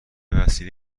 وسیله